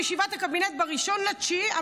בישיבת הקבינט על 1 בספטמבר,